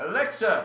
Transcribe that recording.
Alexa